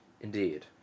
Indeed